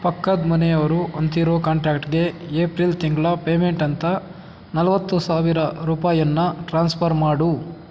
ಪಕ್ಕದ ಮನೆಯವರು ಅಂತಿರೋ ಕಾಂಟ್ಯಾಕ್ಟ್ಗೆ ಏಪ್ರಿಲ್ ತಿಂಗಳ ಪೇಮೆಂಟ್ ಅಂತ ನಲವತ್ತು ಸಾವಿರ ರೂಪಾಯಿಯನ್ನ ಟ್ರಾನ್ಸ್ಫರ್ ಮಾಡು